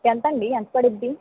ఎంతండి ఎంత పడుద్ది